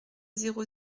zéro